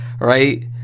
right